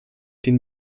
den